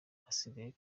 hasigaye